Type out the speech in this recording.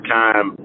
time